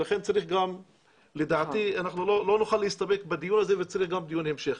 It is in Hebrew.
ולכן לדעתי אנחנו לא נוכל להסתפק בדיון הזה וצריך גם דיון המשך.